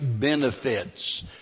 benefits